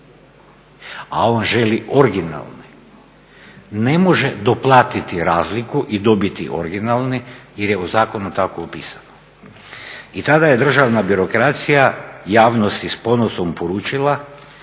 a on želi originalni ne može doplatiti razliku i dobiti originalni, jer je u zakonu tako opisano. I tada je državna birokracija javnosti s ponosom poručila